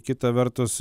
kita vertus